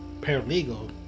paralegal